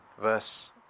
verse